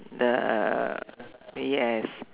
the yes